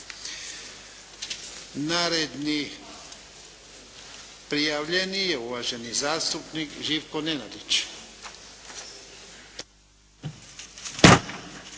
Naredni prijavljeni je uvaženi zastupnik Živko Nenadić.